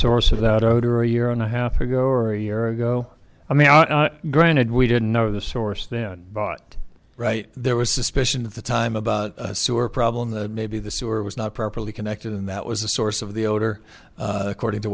source of that odor a year and a half ago or a year ago i mean granted we didn't know the source then but right there was suspicion of the time about a sewer problem that maybe the sewer was not properly connected and that was the source of the odor according to